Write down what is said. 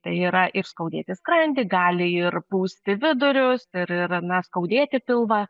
tai yra ir skaudėti skrandį gali ir pūsti vidurius ir ir na skaudėti pilvą